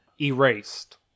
Erased